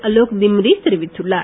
அலோக் திம்ரி தெரிவித்துள்ளார்